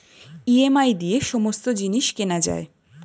EMI দিয়ে সমস্ত জিনিস কেনা যায়